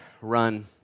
run